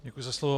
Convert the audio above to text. Děkuji za slovo.